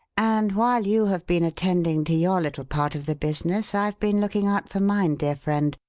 and while you have been attending to your little part of the business i've been looking out for mine, dear friend.